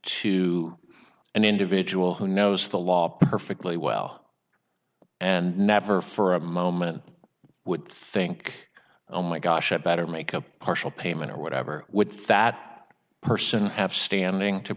to an individual who knows the law perfectly well and never for a moment would think oh my gosh i better make a partial payment or whatever would fat person have standing to